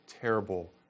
terrible